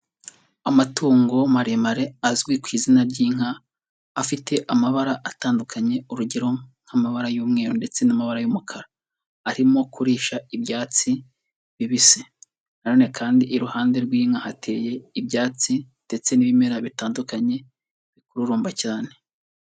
Amatungo maremare azwi ku izina ry'inka, afite amabara atandukanye urugero: nk'amabara y'umweru ndetse n'amabara y'umukara arimo kurisha ibyatsi bibisi, nanone kandi iruhande rw'inka ateye ibyatsi ndetse n'ibimera bitandukanye bikururumba cyane.